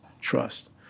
trust